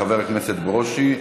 חבר הכנסת ברושי,